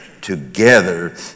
together